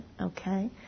Okay